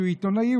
שהוא עיתונאי,